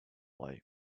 light